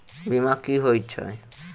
बीमा की होइत छी?